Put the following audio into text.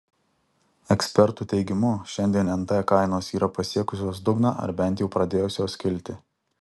ekspertų teigimu šiandien nt kainos yra pasiekusios dugną ar bent jau pradėjusios kilti